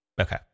Okay